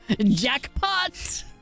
Jackpot